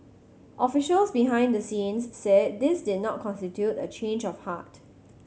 officials behind the scenes said this did not constitute a change of heart